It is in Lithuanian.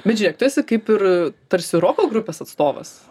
bet žėk tu esi kaip ir tarsi roko grupės atstovas